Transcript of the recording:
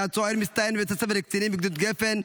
היה צוער מצטיין בבית הספר לקצינים בגדוד גפן,